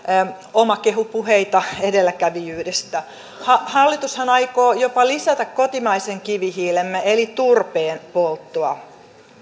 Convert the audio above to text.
omakehupuheita edelläkävijyydestä hallitushan aikoo jopa lisätä kotimaisen kivihiilemme eli turpeen polttoa